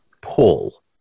pull